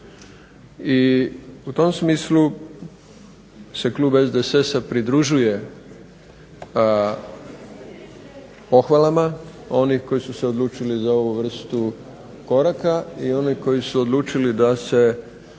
I u tom smislu se klub SDSS-a pridružuje pohvalama, oni koji su se odlučili za ovu vrstu koraka, i oni koji su odlučili da se,